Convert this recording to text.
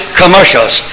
commercials